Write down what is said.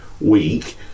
week